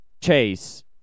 Chase